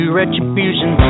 retribution